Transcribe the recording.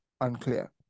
unclear